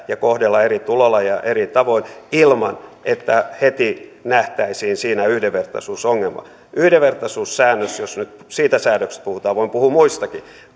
ja kohdella eri tulolajeja eri tavoin ilman että heti nähtäisiin siinä yhdenvertaisuusongelma yhdenvertaisuussäännös jos nyt siitä säädöksestä puhutaan voin puhua muistakin